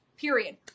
period